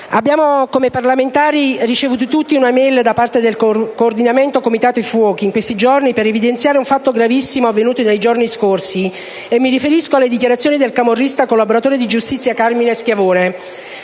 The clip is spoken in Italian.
abbiamo tutti ricevuto un'*e-mail* da parte del Coordinamento comitati fuochi per evidenziare un fatto gravissimo avvenuto nei giorni scorsi. Mi riferisco alle dichiarazioni del camorrista collaboratore di giustizia Carmine Schiavone;